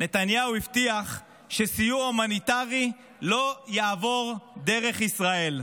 נתניהו הבטיח שסיוע הומניטרי לא יעבור דרך ישראל.